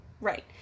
right